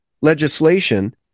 legislation